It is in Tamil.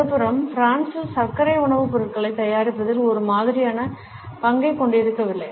மறுபுறம் பிரான்சில் சர்க்கரை உணவுப் பொருட்களை தயாரிப்பதில் ஒரே மாதிரியான பங்கைக் கொண்டிருக்கவில்லை